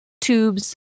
tubes